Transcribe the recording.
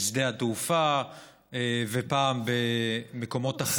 בשדה התעופה ופעם במקומות אחרים.